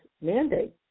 mandate